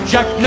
Jack